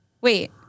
Wait